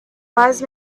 wise